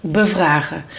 bevragen